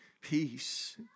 peace